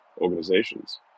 organizations